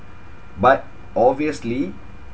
but obviously